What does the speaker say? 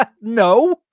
no